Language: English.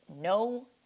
no